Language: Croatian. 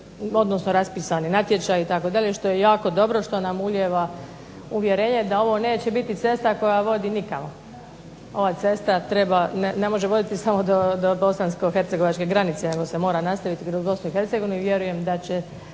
odnosno raspisan je natječaj itd., što je jako dobro, što nam ulijeva uvjerenje da ovo neće biti cesta koja vodi nikamo, ova cesta treba, ne može voditi samo do bosansko-hercegovačke granice, nego se mora nastaviti kroz Bosnu i Hercegovinu, vjerujem da će